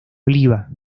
oliva